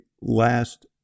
last